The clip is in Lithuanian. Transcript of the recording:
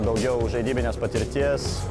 daugiau žaidybinės patirties